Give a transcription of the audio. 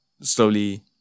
slowly